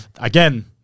again